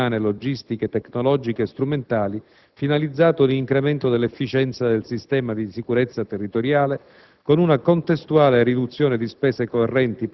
L'obiettivo è il reimpiego ottimale delle risorse umane, logistiche, tecnologiche e strumentali finalizzato ad un incremento dell'efficienza del sistema di sicurezza territoriale,